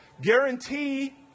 Guarantee